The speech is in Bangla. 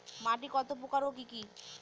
মাটি কত প্রকার ও কি কি?